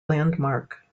landmark